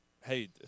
Hey